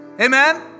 amen